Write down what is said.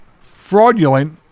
fraudulent